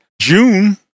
june